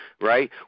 right